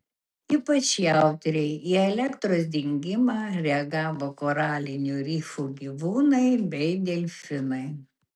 ypač jautriai į elektros dingimą reagavo koralinių rifų gyvūnai bei delfinai